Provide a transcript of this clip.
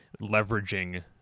leveraging